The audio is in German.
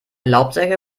laubsäge